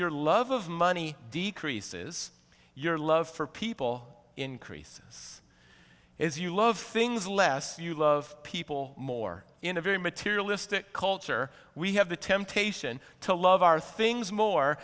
your love of money decreases your love for people increases as you love things less you love people more in a very materialistic culture we have the temptation to love our things more